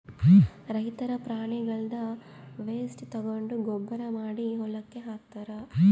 ರೈತರ್ ಪ್ರಾಣಿಗಳ್ದ್ ವೇಸ್ಟ್ ತಗೊಂಡ್ ಗೊಬ್ಬರ್ ಮಾಡಿ ಹೊಲಕ್ಕ್ ಹಾಕ್ತಾರ್